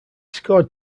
scored